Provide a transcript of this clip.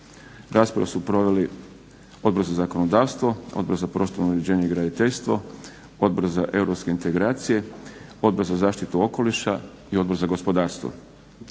Raspravu su proveli Odbor za zakonodavstvo, Odbor za prostorno uređenje i graditeljstvo, Odbor za europske integracije, Odbor za zaštitu okoliša i Odbor za gospodarstvo.